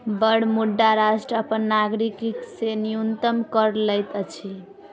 Bermuda राष्ट्र अपन नागरिक से न्यूनतम कर लैत अछि